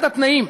אחד התנאים,